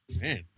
man